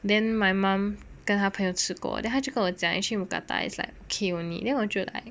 then my mum 跟他朋友吃过 then 他就跟我讲 actually mookata is like okay only then 我觉得 like